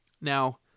Now